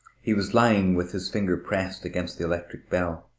he was lying with his finger pressed against the electric bell.